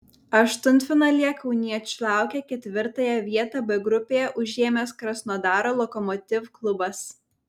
aštuntfinalyje kauniečių laukia ketvirtąją vietą b grupėje užėmęs krasnodaro lokomotiv klubas